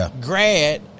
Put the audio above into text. grad